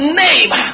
name